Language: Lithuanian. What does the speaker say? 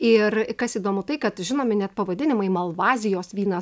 ir kas įdomu tai kad žinomi net pavadinimai malvazijos vynas